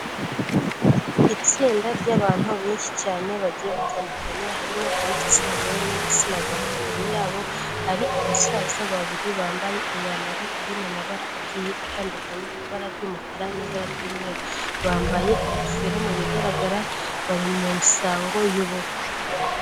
Itsinda ry'abantu benshi cyane bagiye batandukanye, harimo ab'igitsina gore n'igitsina gabo, imbere yabo hari abasaza babiri bambaye imyambaro iri mu mabara agiye atandukanye, ibara ry'umukara n'ibara ry'umweru. Bambaye ingofero mu bigaragara bari mu misango y,ubukwe.